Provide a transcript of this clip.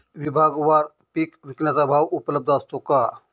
विभागवार पीक विकण्याचा भाव उपलब्ध असतो का?